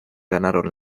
ganaron